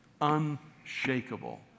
Unshakable